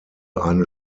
eine